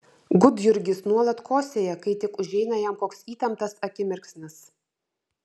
gudjurgis nuolat kosėja kai tik užeina jam koks įtemptas akimirksnis